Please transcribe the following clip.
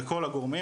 לכל הגורמים,